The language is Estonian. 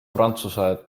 prantsuse